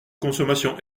consommation